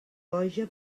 boja